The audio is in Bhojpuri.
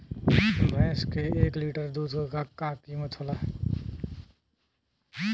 भैंस के एक लीटर दूध का कीमत का होखेला?